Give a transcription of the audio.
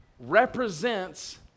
represents